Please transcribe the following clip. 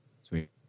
Sweet